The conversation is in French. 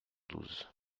douze